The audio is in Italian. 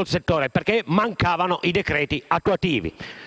il settore perché mancavano i decreti attuativi.